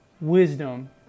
wisdom